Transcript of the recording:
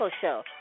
Show